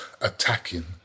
attacking